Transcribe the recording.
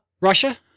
Russia